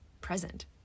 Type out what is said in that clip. present